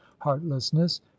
heartlessness